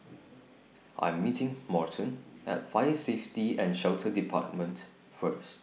I'm meeting Morton At Fire Safety and Shelter department First